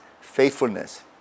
faithfulness